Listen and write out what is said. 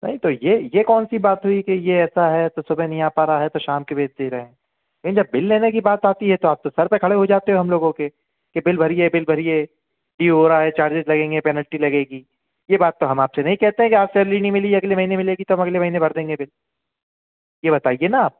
अरे तो ये ये कौन सी बात हुई कि ये ऐसा है तो सुबह नहीं आ पा रहा है तो शाम को भेज दे रहे हैं यहीं जब बिल लेने की बात आती है तो आप तो सिर पे खड़े हो जाते हो हम लोगों के की बिल भरिए बिल भरिए ड्यू हो रहा है चार्जेस लगेंगे पेलेन्टी लगेगी ये बात तो हम आपसे नहीं कहते है कि आज सेलेरी नहीं मिली अगले महीने मिलेगी तब अगले महीने भर देंगे बिल ये बताइए न आप